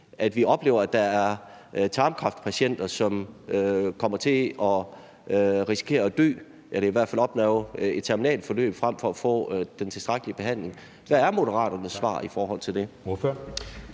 at vi oplever, at der er tarmkræftpatienter, som risikerer at dø eller i hvert fald opnå et terminalt forløb frem for at få den tilstrækkelige behandling? Hvad er Moderaternes svar på det?